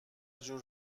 جور